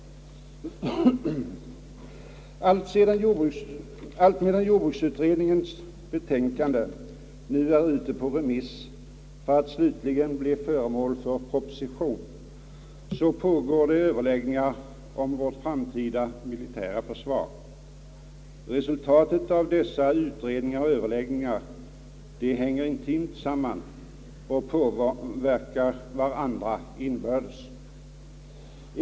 Alltmedan jordbruksutredningens betänkande är ute på remiss för att slutligen bli föremål för proposition, pågår överläggningar om vårt framtida militära försvar. Resultaten av dessa utredningar och överläggningar hänger intimt samman och påverkar varandra inbördes.